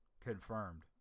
confirmed